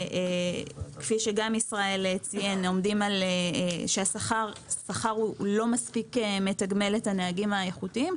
שכפי שגם ישראל גנון ציין השכר לא מספיק מתגמל את הנהגים האיכותיים,